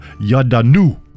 yadanu